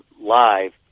live